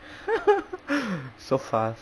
so fast